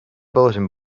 bulletin